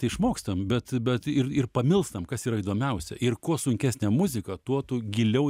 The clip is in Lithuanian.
tai išmokstam bet bet ir ir pamilstam kas yra įdomiausia ir kuo sunkesnė muzika tuo tu giliau